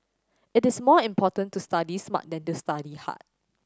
it is more important to study smart than to study hard